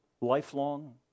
lifelong